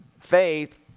faith